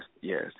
Yes